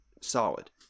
solid